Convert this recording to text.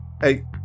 Hey